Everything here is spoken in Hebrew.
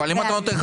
מי נגד?